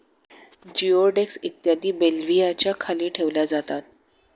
जिओडेक्स इत्यादी बेल्व्हियाच्या खाली ठेवल्या जातात